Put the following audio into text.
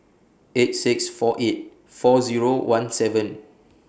eight six four eight four Zero one seven